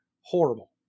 horrible